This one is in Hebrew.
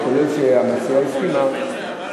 כולל מה שהמציעה הסכימה,